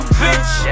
bitch